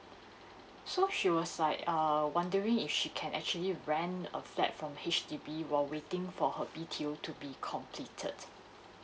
so she was like err wondering if she can actually rent a flat from H_D_B while waiting for her B_T_O to be completed